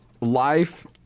life